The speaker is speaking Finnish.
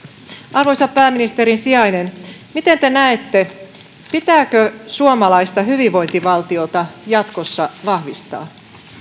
arvoisa pääministerin sijainen miten te näette pitääkö suomalaista hyvinvointivaltiota jatkossa vahvistaa